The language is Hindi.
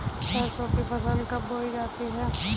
सरसों की फसल कब बोई जाती है?